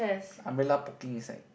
umbrella poking inside